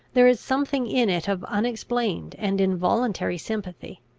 there is something in it of unexplained and involuntary sympathy.